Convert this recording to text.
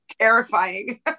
terrifying